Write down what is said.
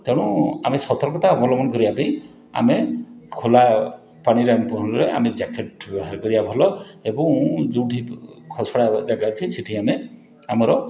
ତେଣୁ ଆମେ ସତର୍କତା ଅବଲମ୍ବନ କରିବାପାଇଁ ଆମେ ଖୋଲା ପାଣିରେ ଆମେ ପହଁରିବା ଆମେ ଜ୍ୟାକେଟ୍ ବ୍ୟବହାର କରିବା ଭଲ ଏବଂ ଯେଉଁଠି ଖସଡ଼ା ଜାଗା ଅଛି ସେଇଠି ଆମେ ଆମର